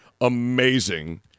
amazing